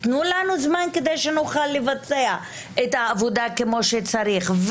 תנו לנו זמן כדי שנוכל לבצע את העבודה כמו שצריך.